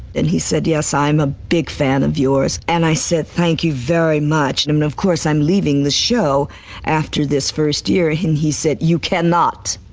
and he said, yes, i'm a big fan of yours. and i said thank you very much, and i'm of course i'm leaving the show after this first year and and he said you cannot.